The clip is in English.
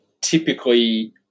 typically